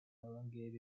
elongated